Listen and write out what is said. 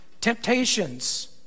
temptations